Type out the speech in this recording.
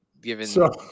given